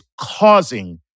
causing